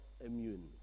immune